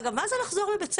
אגב, מה זה לחזור לבית ספר?